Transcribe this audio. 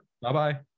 Bye-bye